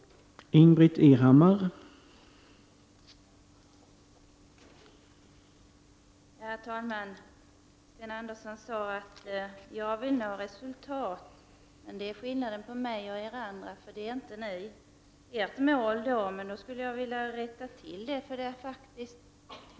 Den frågan ställde jag också i mitt första inlägg.